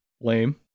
Lame